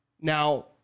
Now